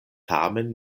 tamen